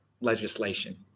legislation